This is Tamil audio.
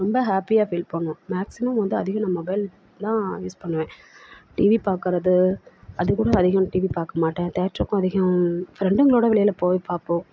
ரொம்ப ஹேப்பியாக ஃபீல் பண்ணுவோம் மேக்ஸிமம் வந்து அதிகம் நான் மொபைல் தான் யூஸ் பண்ணுவேன் டிவி பார்க்குறது அது கூட அதிகம் டிவி பார்க்க மாட்டேன் தேட்ருக்கும் அதிகம் ஃப்ரெண்டுங்களோடு வெளியில் போய் பார்ப்போம்